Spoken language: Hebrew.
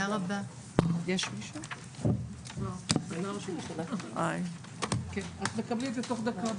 הישיבה ננעלה בשעה 11:28.